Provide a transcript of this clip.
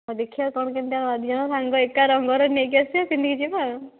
ହଉ ଦେଖିବା କ'ଣ କେମିତିଆ ଦୁଇ ଜଣ ସାଙ୍ଗ ଏକା ରଙ୍ଗର ନେଇକି ଆସିବା ପିନ୍ଧିକି ଯିବା ଆଉ